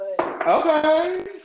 Okay